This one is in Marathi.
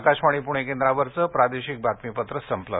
आकाशवाणी पुणे केंद्रावरचं प्रादेशिक बातमीपत्र संपलं